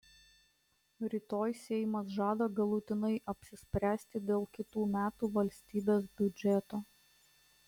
rytoj seimas žada galutinai apsispręsti dėl kitų metų valstybės biudžeto